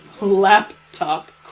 laptop